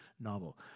novel